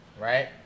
right